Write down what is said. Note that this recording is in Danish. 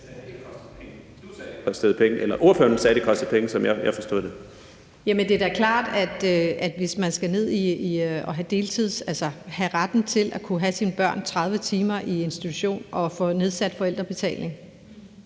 det er da klart, at hvis man skal have retten til at kunne have sine børn 30 timer om ugen i institution og få nedsat forældrebetaling,